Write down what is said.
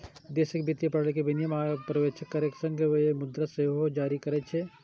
देशक वित्तीय प्रणाली के विनियमन आ पर्यवेक्षण करै के संग ई मुद्रा सेहो जारी करै छै